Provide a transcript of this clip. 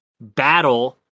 battle